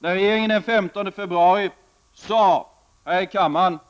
När regeringen den 15 februari här i kammaren sade